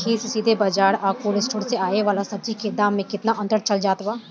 खेत से सीधा बाज़ार आ कोल्ड स्टोर से आवे वाला सब्जी के दाम में केतना के अंतर चलत बा?